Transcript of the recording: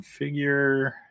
Configure